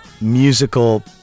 musical